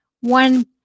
one